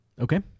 Okay